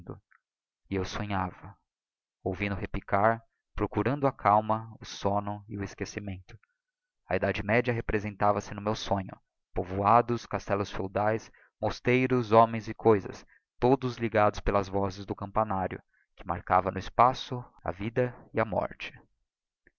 eu sonhava ouvindo repicar procurando a calma o somno e o esquecimento a edade média representava-se no meu sonho po voados castellos feudaes mosteiros homens e coisas todos ligados pelas vozes do campanário que marcava no espaço a vida e a morte